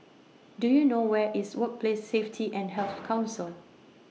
Do YOU know Where IS Workplace Safety and Health Council